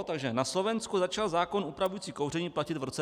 Takže na Slovensku začal zákon upravující kouření platit v roce 2005.